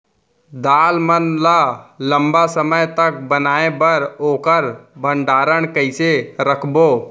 दाल मन ल लम्बा समय तक बनाये बर ओखर भण्डारण कइसे रखबो?